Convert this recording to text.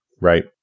Right